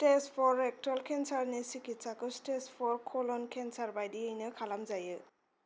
stage फर rectal केन्सारनि सिकितसाखौ स्टेज फर कोलन केन्सार बायदियैनो खालामजायो